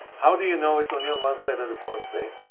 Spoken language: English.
how do you know it's only on one side of the prostate?